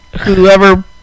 Whoever